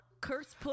curse